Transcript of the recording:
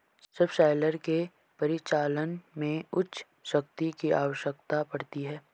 subsoiler के परिचालन में उच्च शक्ति की आवश्यकता पड़ती है